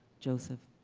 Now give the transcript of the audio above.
joseph,